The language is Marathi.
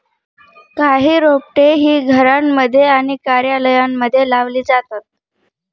काही रोपटे ही घरांमध्ये आणि कार्यालयांमध्ये लावली जातात